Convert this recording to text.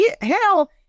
hell